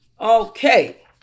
okay